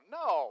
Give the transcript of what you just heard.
no